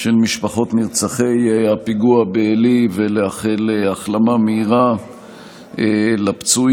של משפחות נרצחי הפיגוע בעלי ולאחל החלמה מהירה לפצועים.